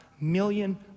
million